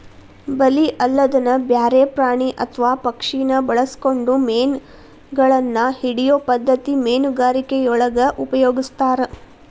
ಬಲಿ ಅಲ್ಲದನ ಬ್ಯಾರೆ ಪ್ರಾಣಿ ಅತ್ವಾ ಪಕ್ಷಿನ ಬಳಸ್ಕೊಂಡು ಮೇನಗಳನ್ನ ಹಿಡಿಯೋ ಪದ್ಧತಿ ಮೇನುಗಾರಿಕೆಯೊಳಗ ಉಪಯೊಗಸ್ತಾರ